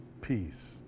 peace